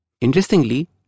Interestingly